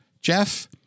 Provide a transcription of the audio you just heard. Jeff